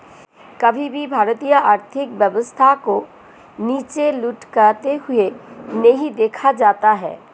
कभी भी भारतीय आर्थिक व्यवस्था को नीचे लुढ़कते हुए नहीं देखा जाता है